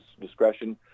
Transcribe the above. discretion